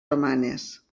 romanes